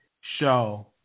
show